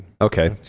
Okay